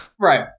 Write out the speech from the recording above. right